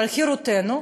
ועל חירותנו,